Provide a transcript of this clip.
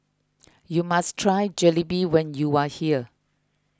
you must try Jalebi when you are here